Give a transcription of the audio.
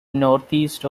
northeast